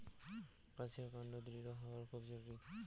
গাছের কান্ড দৃঢ় হওয়া খুব জরুরি